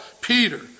Peter